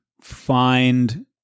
find